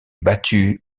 battue